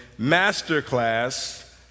Masterclass